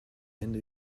ende